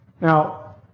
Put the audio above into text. Now